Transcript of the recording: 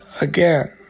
Again